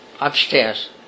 upstairs